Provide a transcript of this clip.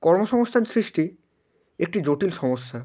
কর্মসংস্থান সৃষ্টি একটি জটিল সমস্যা